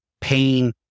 pain